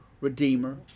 Redeemer